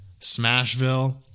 Smashville